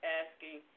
asking